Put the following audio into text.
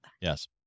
Yes